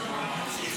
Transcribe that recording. סליחה?